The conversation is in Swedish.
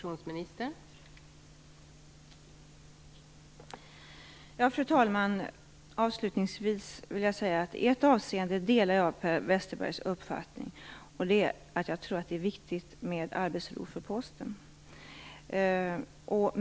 Fru talman! Avslutningsvis vill jag säga att jag delar Per Westerbergs uppfattning i ett avseende. Också jag tror att det är viktigt med arbetsro för Posten.